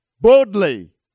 boldly